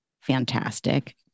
Fantastic